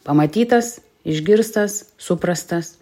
pamatytas išgirstas suprastas